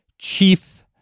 Chief